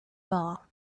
bar